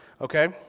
okay